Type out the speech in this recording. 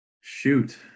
shoot